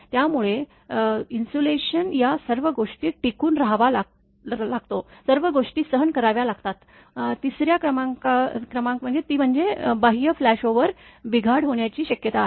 त्यामुळे इन्सुलेशन या सर्व गोष्टीत टिकून राहावा लागतात सर्व गोष्टी सहन करावी लागतात तिसऱ्या क्रमांक ती म्हणजे बाह्य फ्लॅशओव्हरमुळे बिघाड होण्याची शक्यता आहे